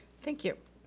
thank you.